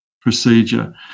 procedure